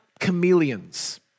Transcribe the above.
chameleons